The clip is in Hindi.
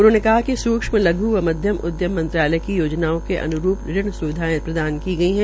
उन्होंने कहा कि सूक्षम लघ् व मध्यम उद्यम मंत्रालय की योजनाओं के अन्रूप ऋण स्विधायें प्रदान की गई है